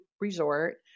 resort